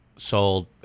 sold